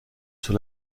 sur